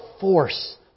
force